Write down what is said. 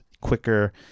quicker